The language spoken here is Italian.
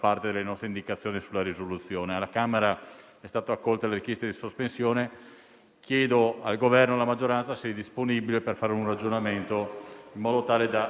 Grazie